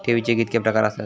ठेवीचे कितके प्रकार आसत?